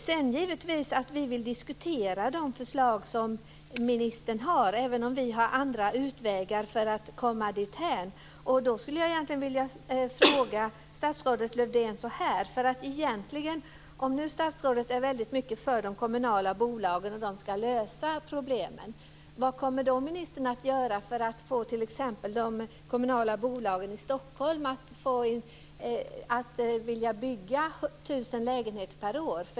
Sedan vill vi givetvis diskutera de förslag som ministern har, även om vi har andra utvägar för att komma dithän, och då skulle jag vilja fråga statsrådet Lövdén så här: Om nu statsrådet är väldigt mycket för de kommunala bolagen och att de ska lösa problemen, vad kommer då ministern att göra för att få t.ex. de kommunala bolagen i Stockholm att vilja bygga 1 000 lägenheter per år?